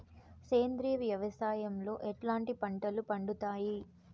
సేంద్రియ వ్యవసాయం లో ఎట్లాంటి పంటలు పండుతాయి